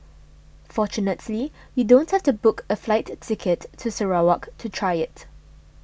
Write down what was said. fortunately you don't have to book a flight ticket to Sarawak to try it